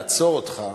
לעצור אותך,